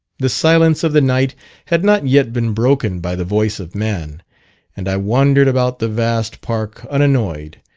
the silence of the night had not yet been broken by the voice of man and i wandered about the vast park unannoyed,